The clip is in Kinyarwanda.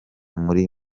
muri